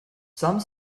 some